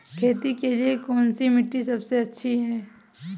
खेती के लिए कौन सी मिट्टी सबसे अच्छी है?